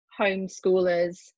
homeschoolers